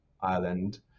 Ireland